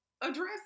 address